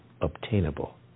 obtainable